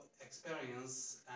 experience